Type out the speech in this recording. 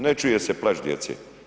Ne čuje se plač djece.